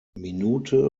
minute